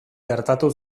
gertatu